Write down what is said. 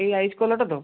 ଏ ଏଇ ଆଇସ୍ କଲର୍ଟା ତ